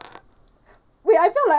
wait I felt like